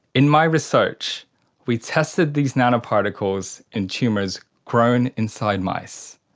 in my research we tested these nanoparticles in tumours grown inside mice.